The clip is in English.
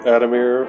Adamir